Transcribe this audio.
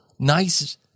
Nice